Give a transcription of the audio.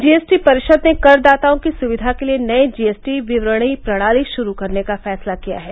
GST परिषद ने करदाताओं की सुविधा के लिए नई जीएसटी विवरणी प्रणाली शुरू करने का फैसला किया है